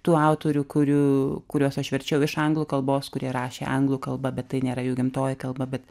tų autorių kurių kuriuos aš verčiau iš anglų kalbos kurie rašė anglų kalba bet tai nėra jų gimtoji kalba bet